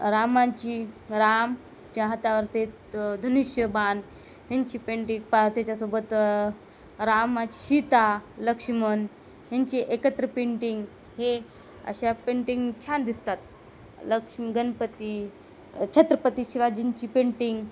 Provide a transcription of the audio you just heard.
रामांची रामाच्या हातावर त्यात धनुष्यबाण ह्यांची पेंटिंग पा त्याच्यासोबत रामाची सीता लक्ष्मण ह्यांची एकत्र पेंटिंग हे अशा पेंटिंग छान दिसतात लक्ष गणपती छत्रपती शिवाजींची पेंटिंग